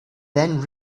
then